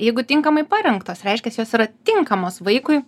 jeigu tinkamai parengtos reiškias jos yra tinkamos vaikui